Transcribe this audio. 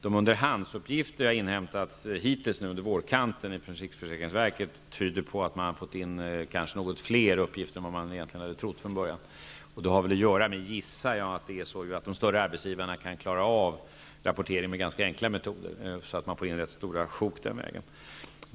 De underhandsuppgifter som jag har inhämtat hittills under vårkanten från riksförsäkringsverket tyder på att man har fått in något fler uppgifter än man hade trott från början. Det har att göra med, gissar jag, att de större arbetsgivarna kan klara av rapporteringen med ganska enkla metoder. Därför får man in rätt stora sjok den vägen.